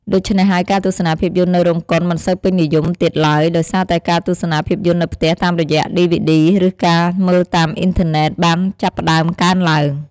ដូច្នេះហើយ ការទស្សនាភាពយន្តនៅរោងកុនមិនសូវពេញនិយមទៀតឡើយ ដោយសារតែការទស្សនាភាពយន្តនៅផ្ទះតាមរយៈឌីវីឌី ឬការមើលតាមអ៊ីនធឺណេតបានចាប់ផ្ដើមកើនឡើង។